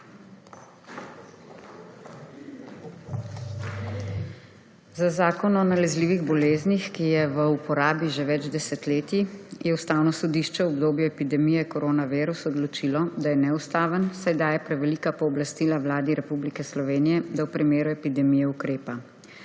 Z Zakonom o nalezljivih boleznih, ki je v uporabi že več desetletij, je Ustavno sodišče v obdobju epidemije korona virus odločilo, da je neustaven, saj daje prevelika pooblastila Vladi Republike Slovenije, da v primeru epidemije ukrepa.